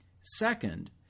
Second